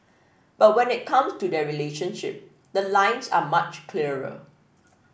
but when it comes to their relationship the lines are much clearer